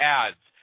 ads